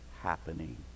happening